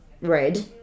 red